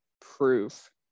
proof